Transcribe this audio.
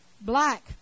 black